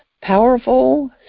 powerful